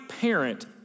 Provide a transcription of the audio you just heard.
parent